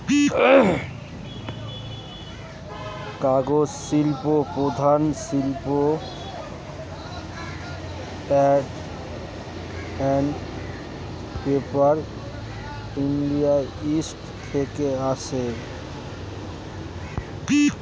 কাগজ শিল্প প্রধানত পাল্প অ্যান্ড পেপার ইন্ডাস্ট্রি থেকে আসে